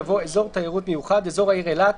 יבוא: ""אזור תיירות מיוחד" אזור העיר אילת,